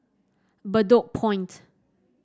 Bedok Point